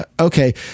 okay